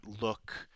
look